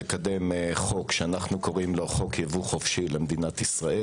לקדם חוק שאנו קוראים לו חוק ייבוא חופשי למדינת ישראל